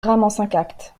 actes